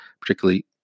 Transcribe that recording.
particularly